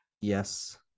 yes